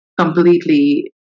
completely